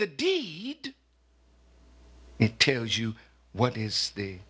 the deed it tells you what is the